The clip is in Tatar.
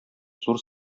зур